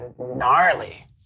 gnarly